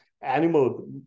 animal